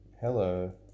Hello